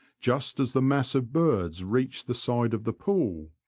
just as the mass of birds reached the side of the pool,